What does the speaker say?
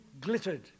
glittered